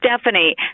Stephanie